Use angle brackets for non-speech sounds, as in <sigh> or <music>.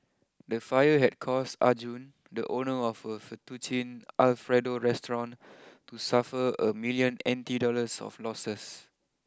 the fire had caused Arjun the owner of a Fettuccine Alfredo restaurant <noise> to suffer a million N T dollars of losses